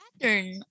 pattern